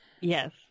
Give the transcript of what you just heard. yes